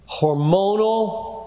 hormonal